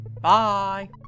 Bye